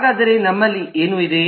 ಹಾಗಾದರೆ ನಮ್ಮಲ್ಲಿ ಏನು ಇದೆ